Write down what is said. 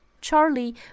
Charlie